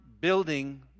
building